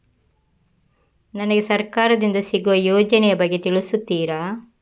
ನನಗೆ ಸರ್ಕಾರ ದಿಂದ ಸಿಗುವ ಯೋಜನೆ ಯ ಬಗ್ಗೆ ತಿಳಿಸುತ್ತೀರಾ?